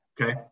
okay